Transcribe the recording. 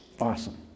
awesome